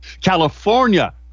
California